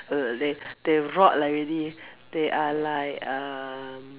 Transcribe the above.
err they they rot already they are like um